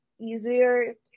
easier